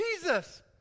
Jesus